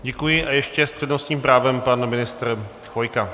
Děkuji a ještě s přednostním právem pan ministr Chvojka.